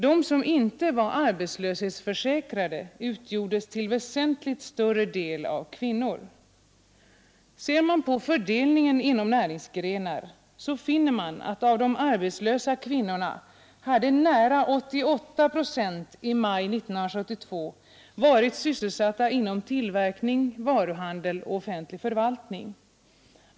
De som inte var arbetslöshetsförsäkrade utgjordes till väsentligt större del av kvinnor. Ser man på fördelningen inom näringsgrenar finner man, att av de arbetslösa kvinnorna hade nära 88 procent i maj 1972 varit sysselsatta inom tillverkning, varuhandel och offentlig förvaltning.